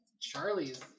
Charlie's